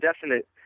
definite